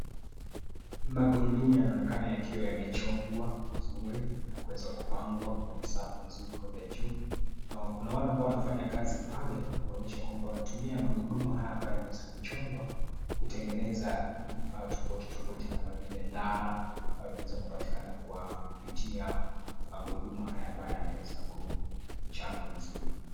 Magurudumu yanaonekana yakiwa yamechongwa vizuri na kuweza kupangwa kwenye safu nzuri kwenda juu . Na kuna wale wanafanya kazi pale, kuonyesha kwamba wanatumia magurudumu haya ambayo yanaweza kuchongwa kutengeneza vifaa tofauti tofauti kama vile ndara ambayo inaeza kupatikana kwa kupitia magurudumu haya ambayo yameweza kuchangwa vizuri.